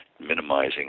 minimizing